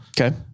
Okay